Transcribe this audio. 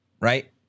right